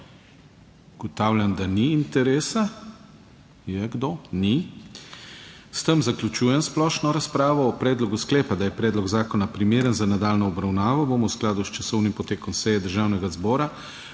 Ugotavljam, da ni interesa. Je kdo? Ni. S tem zaključujem splošno razpravo. O predlogu sklepa, da je predlog zakona primeren za nadaljnjo obravnavo, bomo v skladu s časovnim potekom seje Državnega zbora